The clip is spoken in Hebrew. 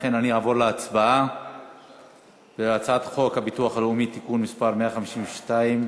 לכן אני אעבור להצבעה על הצעת חוק הביטוח הלאומי (תיקון מס' 152)